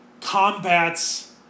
combats